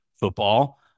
football